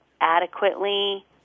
adequately